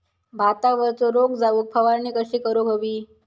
भातावरचो रोग जाऊक फवारणी कशी करूक हवी?